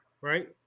Right